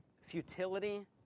futility